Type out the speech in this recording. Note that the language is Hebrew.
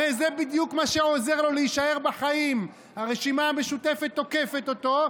הרי זה בדיוק מה שעוזר לו להישאר בחיים: הרשימה המשותפת תוקפת אותו,